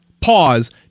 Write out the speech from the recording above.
Pause